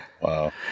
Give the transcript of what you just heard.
Wow